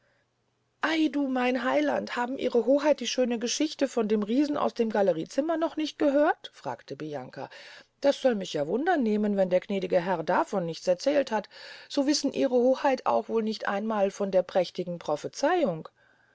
ey du mein lieber heyland haben ihre hoheit die schöne geschichte von dem riesen aus dem galleriezimmer noch nicht gehört fragte bianca das soll mich ja wunder nehmen wenn der gnädige herr davon nichts erzählt hat so wissen ihre hoheit auch wohl nicht einmal von der prächtigen prophezeihung